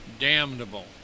damnable